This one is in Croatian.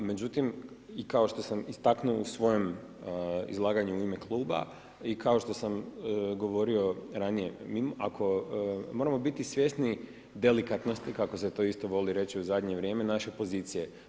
Međutim, i kao što sam istaknuo u svojem izlaganju u ime kluba i kao što sam govorio ranije, moramo biti svjesni delikatnosti, kako se to isto voli reći u zadnje vrijeme naše pozicije.